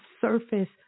surface